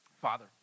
Father